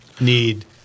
need